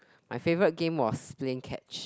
my favorite game was playing catch